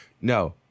no